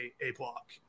A-block